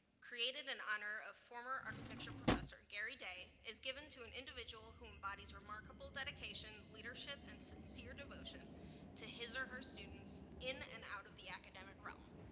created in honor of former architecture professor gary day, is given to an individual who embodies remarkable dedication, leadership, and sincere devotion to his or her students in and out of the academic realm.